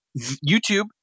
YouTube